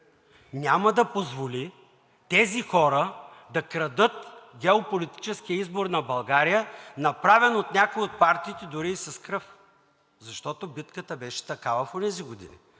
няма да позволи тези хора да крадат геополитическия избор на България, направен от някои от партиите дори и с кръв. Защото битката беше такава в онези години.